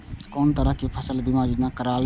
कोन तरह के फसल बीमा योजना कराना चाही?